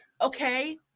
okay